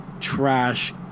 Trash